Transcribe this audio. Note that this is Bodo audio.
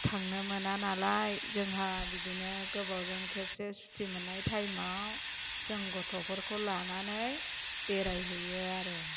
थांनो मोना नालाय जोंहा बिदिनो गोबावजों खेबसे सुटि मोननाय टाइमाव जों गथ'फोरखौ लानानै बेराय हैयो आरो